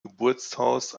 geburtshaus